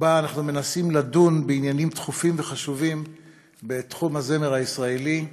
ובה אנחנו מנסים לדון בעניינים דחופים וחשובים בתחום הזמר הישראלי,